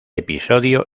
episodio